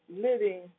living